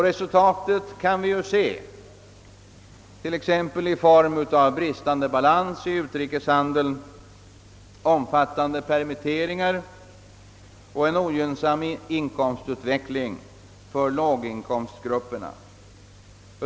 Resultatet härav kan vi se t.ex. i form av bristande balans i utrikeshandeln, omfattande permitteringar och en ogynnsam inkomstutveckling för låglönegrupperna.